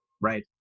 Right